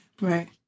Right